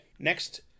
Next